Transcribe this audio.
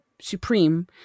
Supreme